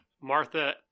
Martha